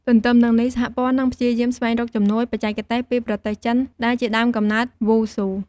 ទន្ទឹមនឹងនេះ សហព័ន្ធនឹងព្យាយាមស្វែងរកជំនួយបច្ចេកទេសពីប្រទេសចិនដែលជាដើមកំណើតវ៉ូស៊ូ។